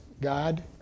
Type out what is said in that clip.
God